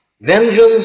Vengeance